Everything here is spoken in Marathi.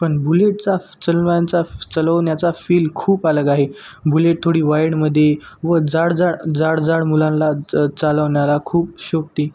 पण बुलेटचा चलवानचा चलवण्याचा फील खूप अलग आहे बुलेट थोडी वाईडमध्ये व जाड जाड जाड जाड मुलांला च चालवनाला खूप शोभते